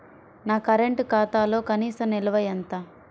నా కరెంట్ ఖాతాలో కనీస నిల్వ ఎంత?